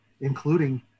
including